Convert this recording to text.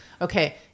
okay